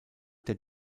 der